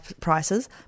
prices